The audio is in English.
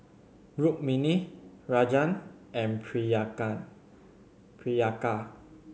Rukmini Rajan and Priyanka